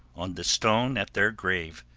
on the stone at their grave,